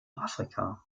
afrika